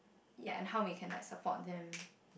ya and how we can like support them